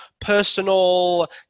personal